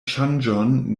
ŝanĝon